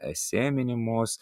esė minimos